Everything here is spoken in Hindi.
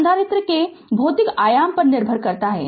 तो यह संधारित्र के भौतिक आयाम पर निर्भर करता है